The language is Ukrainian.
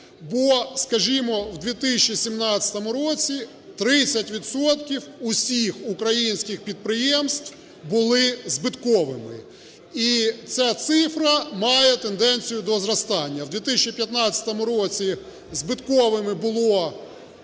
бо, скажімо, у 2017 році 30 відсотків всіх українських підприємств були збитковими і ця цифра має тенденцію до зростання. У 2015 році збитковими були